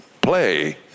play